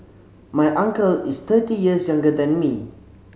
my uncle is thirty years younger than me